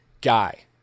guy